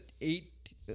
eight